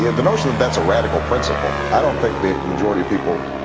yeah the motion and that's a radical principal i don't think the majority people ah.